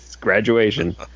graduation